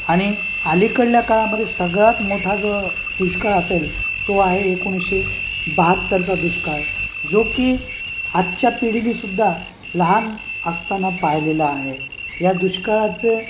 आणि अलीकडल्या काळामध्ये सगळ्यांत मोठा जो दुष्काळ असेल तो आहे एकोणीसशे बाहत्तरचा दुष्काळ जो की आजच्या पिढीनेसुद्धा लहान असताना पाहिलेला आहे या दुष्काळाचं